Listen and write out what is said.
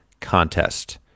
contest